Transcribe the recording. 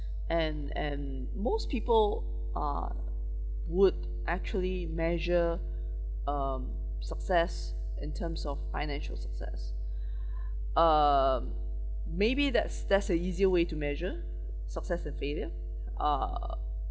and and most people ah would actually measure um success in terms of financial success um maybe that's that's a easier way to measure success and failure uh